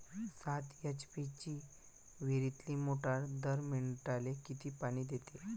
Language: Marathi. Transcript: सात एच.पी ची विहिरीतली मोटार दर मिनटाले किती पानी देते?